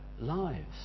lives